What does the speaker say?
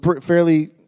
fairly